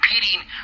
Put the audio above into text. competing